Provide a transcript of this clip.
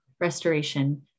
restoration